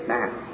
now